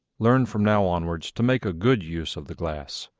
learn from now onwards to make a good use of the glass.